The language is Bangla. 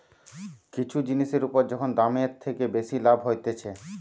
কিছু জিনিসের উপর যখন দামের থেকে বেশি লাভ হতিছে